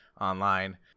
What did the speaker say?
online